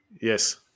Yes